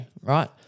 right